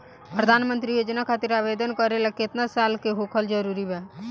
प्रधानमंत्री योजना खातिर आवेदन करे ला केतना साल क होखल जरूरी बा?